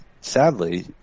sadly